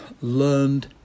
learned